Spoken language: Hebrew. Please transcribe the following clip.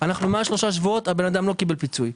אנחנו מעל שלושה שבועות, הבן אדם לא קיבל פיצוי.